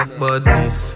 badness